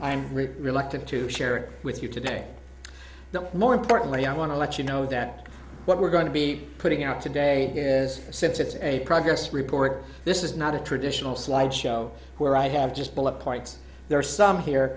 i'm reluctant to share with you today that more importantly i want to let you know that what we're going to be putting out today is since it's a progress report this is not a traditional slide show where i have just bullet points there are some here